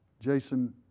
Jason